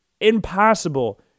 impossible